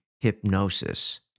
hypnosis